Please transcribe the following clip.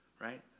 right